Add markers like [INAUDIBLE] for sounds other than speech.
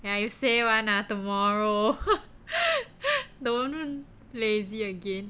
yeah you say [one] lah tomorrow [LAUGHS] don't lazy again